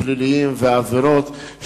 האם מעורבים בפלילים גורשו מישראל,